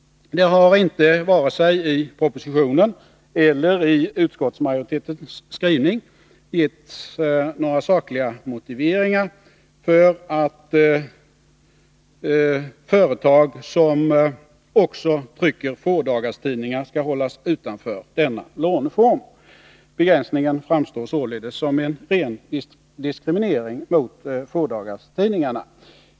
Det har inte vare sig i propositionen eller i utskottsmajoritetens skrivning getts några sakliga motiveringar för att företag som också trycker fådagarstidningar skall hållas utanför denna låneform. Begränsningen framstår således som en ren diskriminering mot fådagarstidningarna.